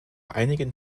einigen